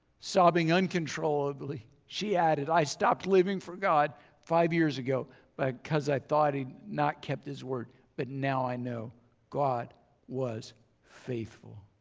sobbing uncontrollably she added i stopped living for god five years ago but because i thought he'd not kept his word, but now i know god was faithful.